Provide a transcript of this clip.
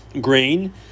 grain